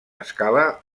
escala